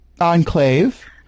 enclave